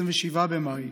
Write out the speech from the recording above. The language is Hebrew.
27 במאי,